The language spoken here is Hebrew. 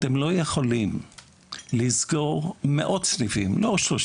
אתם לא יכולים לסגור מאות סניפים לא 30